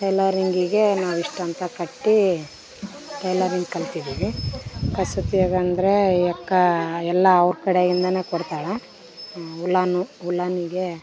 ಟೈಲರಿಂಗಿಗೆ ನಾವು ಇಷ್ಟಂತ ಕಟ್ಟಿ ಟೈಲರಿಂಗ್ ಕಲ್ತಿದೀವಿ ಕಸೂತಿಗಂದ್ರೆ ಈ ಅಕ್ಕ ಎಲ್ಲ ಅವ್ರು ಕಡೆಯಿಂದಾನೆ ಕೊಡ್ತಾಳೆ ಉಲಾನು ಉಲಾನಿಗೆ